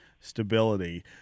stability